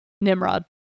Nimrod